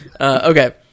Okay